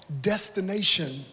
destination